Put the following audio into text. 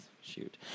shoot